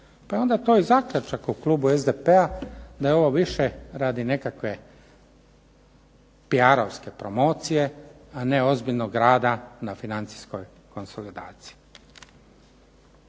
pa je onda to i zaključak u klubu SDP-a da je ovo više radi nekakve PR-ovske promocije, a ne ozbiljnog rada na financijskoj konsolidaciji.